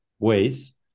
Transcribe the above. ways